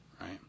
right